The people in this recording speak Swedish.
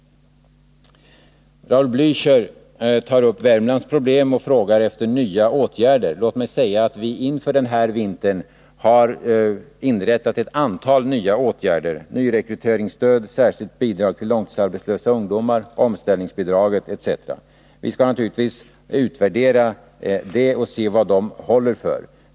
Raul Blächer tar upp Värmlands problem och frågar efter nya åtgärder. Låt mig säga att vi inför den här vintern har vidtagit ett antal nya åtgärder: nya rekryteringsstöd, särskilt bidrag till långtidsarbetslösa ungdomar, omställningsbidrag etc. Vi skall naturligtvis utvärdera detta och se vad de åtgärderna håller för.